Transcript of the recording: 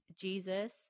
Jesus